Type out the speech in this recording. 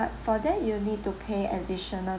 for that you need to pay additional